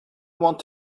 want